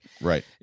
right